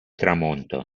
tramonto